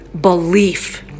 belief